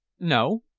no.